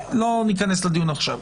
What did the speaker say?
לא ניכנס עכשיו לדיון.